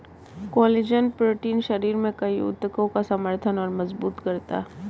collagen protein शरीर में कई ऊतकों का समर्थन और मजबूत करता है